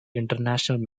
international